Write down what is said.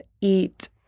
eat